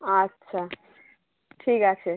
আচ্ছা ঠিক আছে